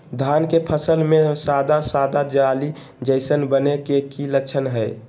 धान के फसल में सादा सादा जाली जईसन बने के कि लक्षण हय?